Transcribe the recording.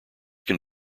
can